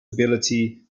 ability